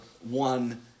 one